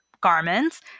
garments